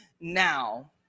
now